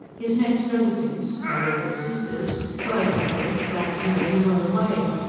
his next relatives mother and sisters were, he thought, glad to know him well away.